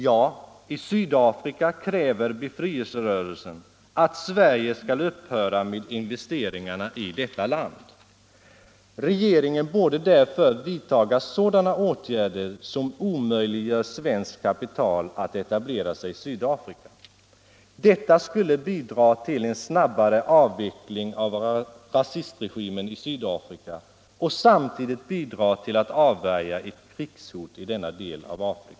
Ja, i Sydafrika kräver befrielserörelsen att Sverige skall upphöra med investeringarna i detta land, och regeringen borde därför vidta åtgärder som omöjliggör för svenskt kapital att etablera sig i Sydafrika. Detta skulle bidra till en snabbare avveckling av rasistregimen i Sydafrika och samtidigt till att avvärja ett krigshot i denna del av Afrika.